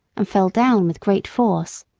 and fell down with great force.